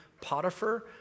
Potiphar